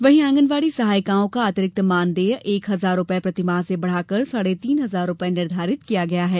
वहीं आंगनवाड़ी सहायिकाओं का अतिरिक्त मानदेयएक हजार रूपये प्रतिमाह से बढ़ाकर साढ़े तीन हजार रूपये निर्धारित किया गया है